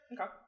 Okay